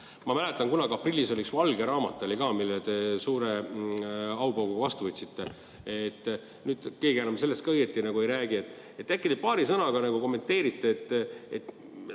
Ma mäletan, kunagi aprillis oli ka üks valge raamat, mille te suure aupauguga vastu võtsite. Nüüd keegi enam sellest õieti ei räägi. Äkki te paari sõnaga kommenteerite,